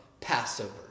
Passover